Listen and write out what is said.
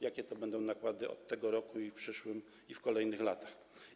Jakie to będą nakłady od tego roku i w przyszłym roku, i w kolejnych latach?